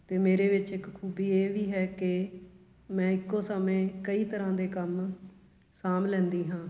ਅਤੇ ਮੇਰੇ ਵਿੱਚ ਇੱਕ ਖੂਬੀ ਇਹ ਵੀ ਹੈ ਕਿ ਮੈਂ ਇੱਕੋ ਸਮੇਂ ਕਈ ਤਰ੍ਹਾਂ ਦੇ ਕੰਮ ਸਾਂਭ ਲੈਂਦੀ ਹਾਂ